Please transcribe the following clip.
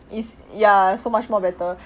it's ya so much more better